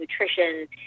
nutrition